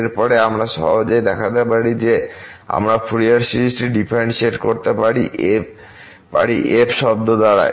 এর পরে আমরা সহজেই দেখাতে পারি যে আমরা ফুরিয়ার সিরিজ ডিফারেন্শিয়েট করতে পারি f শব্দ দ্বারা